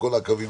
כל כך מובנה,